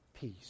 peace